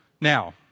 Now